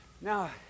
Now